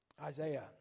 Isaiah